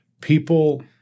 people